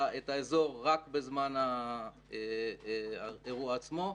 האזור רק בזמן האירוע עצמו,